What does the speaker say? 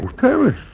Terrace